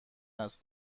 است